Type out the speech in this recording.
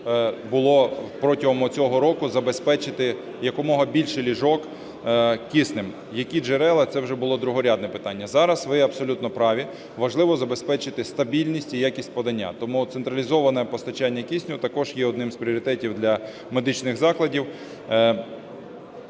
було протягом оцього року забезпечити якомога більше ліжок киснем. Які джерела - це вже було другорядне питання. Зараз, ви абсолютно праві, важливо забезпечити стабільність і якість подання. Тому централізоване постачання кисню також є одним із пріоритетів для медичних закладів.